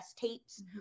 tapes